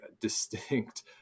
distinct